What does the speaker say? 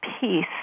peace